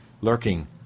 lurking